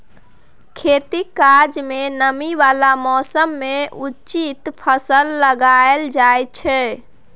खेतीक काज मे नमी बला मौसम मे उचित फसल लगाएल जाइ छै